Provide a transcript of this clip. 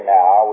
now